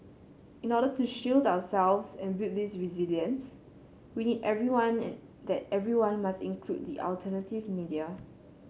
in order to shield ourselves and build this resilience we need everyone and that everyone must include the alternative media